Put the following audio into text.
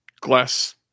glass